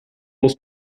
muss